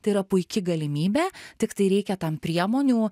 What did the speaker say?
tai yra puiki galimybė tiktai reikia tam priemonių